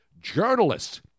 journalists